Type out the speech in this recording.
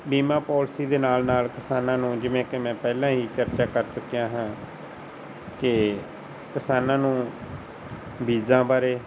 ਬੀਮਾ ਪੋਲਸੀ ਦੇ ਨਾਲ ਨਾਲ ਕਿਸਾਨਾਂ ਨੂੰ ਜਿਵੇਂ ਕਿ ਮੈਂ ਪਹਿਲਾਂ ਹੀ ਚਰਚਾ ਕਰ ਚੁੱਕਿਆ ਹਾਂ ਕਿ ਕਿਸਾਨਾਂ ਨੂੰ ਬੀਜਾਂ ਬਾਰੇ